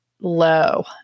low